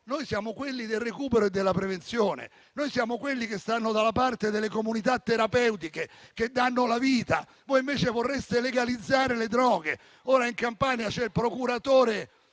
Noi siamo quelli del recupero e della prevenzione. Noi siamo quelli che stanno dalla parte delle comunità terapeutiche che danno la vita; voi, invece, vorreste legalizzare le droghe. Ora in Campania c'è il procuratore